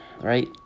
right